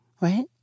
Right